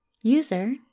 User